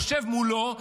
יושב מולו,